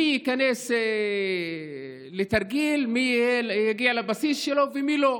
מי ייכנס לתרגיל, מי יגיע לבסיס שלו ומי לא.